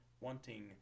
wanting